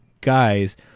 guys